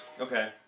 Okay